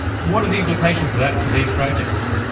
what are the implications of that for these projects?